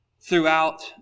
throughout